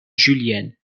julienne